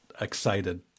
excited